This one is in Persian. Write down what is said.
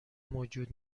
موجود